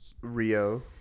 Rio